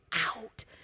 out